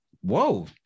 whoa